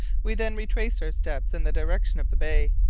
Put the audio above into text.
we then retraced our steps in the direction of the bay.